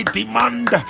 demand